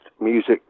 music